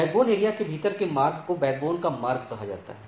backbone area के भीतर के मार्ग को बैकबोन का मार्ग कहा जाता है